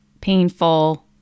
painful